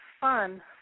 fun